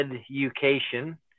education